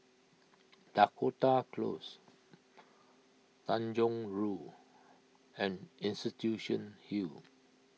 Dakota Close Tanjong Rhu and Institution Hill